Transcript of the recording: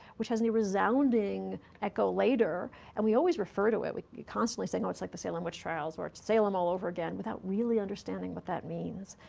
which has a resounding echo later. and we always refer to it, we are constantly saying, oh, it's like the salem witch trials or it's salem all over again, without really understanding what that means.